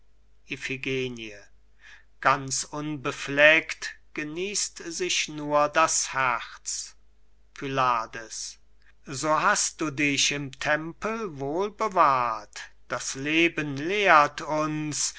ganz unbefleckt genießt sich nur das herz pylades so hast du dich im tempel wohl bewahrt das leben lehrt uns